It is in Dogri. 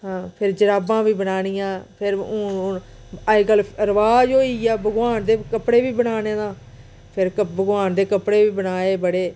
फिर जराबां बी बनानियां फिर हून अज्जकल रवाज होई गेआ भगवान दे कपड़े बी बनाने दा फिर भगवान दे कपड़े बी बनाए बड़े